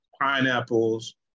pineapples